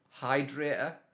hydrator